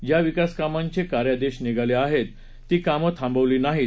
ज्या विकासकामांचे कार्यादेश निघाले ती कामे थांबवली नाहीत